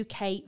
UK